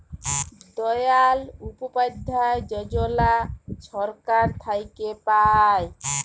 দয়াল উপাধ্যায় যজলা ছরকার থ্যাইকে পায়